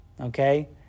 Okay